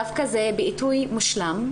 דווקא זה בעיתוי מושלם,